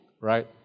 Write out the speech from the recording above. right